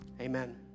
amen